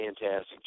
fantastic